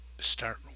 start